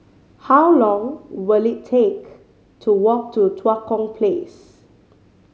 how long will it take to walk to Tua Kong Place